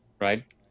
right